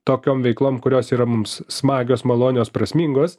tokiom veiklom kurios yra mums smagios malonios prasmingos